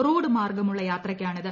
road മാർഗ്ഗമുള്ള യാത്രയ്ക്കാണിത്